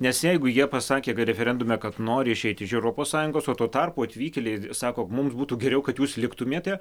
nes jeigu jie pasakė kad referendume kad nori išeiti iš europos sąjungos o tuo tarpu atvykėliai sako mums būtų geriau kad jūs liktumėte